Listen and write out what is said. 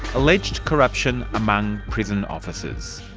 alleged corruption among prison officers.